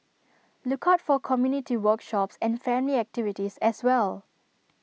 look out for community workshops and family activities as well